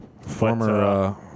Former